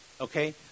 Okay